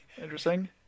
Interesting